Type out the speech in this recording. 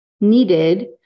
needed